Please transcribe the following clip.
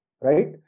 right